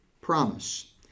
promise